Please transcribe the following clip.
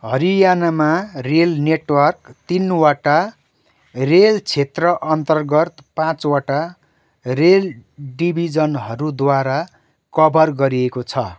हरियाणामा rail network तिनवटा rail क्षेत्र अन्तर्गत पाँचवटा रेल डिभिजनहरूद्वारा कभर गरिएको छ